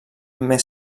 més